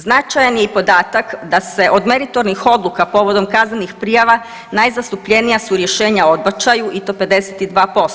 Značajan je i podatak da se od meritornih odluka povodom kaznenih prijava najzastupljenija su rješenja o odbačaju i to 52%